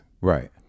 Right